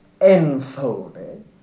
enfolded